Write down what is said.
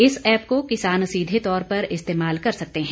इस ऐप को किसान सीधे तौर पर इस्तेमाल कर सकते हैं